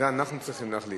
זה אנחנו צריכים להחליט.